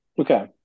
Okay